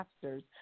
pastors